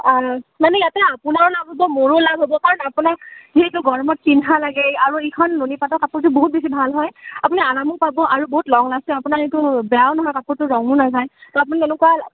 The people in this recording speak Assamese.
মানে ইয়াতে আপোনাৰো লাভ হ'ব মোৰো লাভ হ'ব কাৰণ আপোনাক যিহেতু গৰমত পিন্ধা লাগে আৰু এইখন নুনীপাতৰ কাপোৰযোৰ বহুত বেছি ভাল হয় আপুনি আৰামো পাব আৰু বহুত লং আছে আপোনাৰ কিন্তু বেয়াও নহয় কাপোৰটো ৰঙো নাযায় তো আপুনি তেনেকুৱা